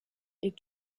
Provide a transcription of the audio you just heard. est